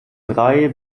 drei